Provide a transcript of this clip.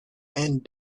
and